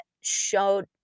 showed